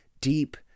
deep